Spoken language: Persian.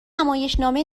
نمایشنامه